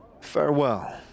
Farewell